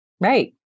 Right